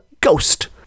ghost